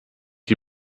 die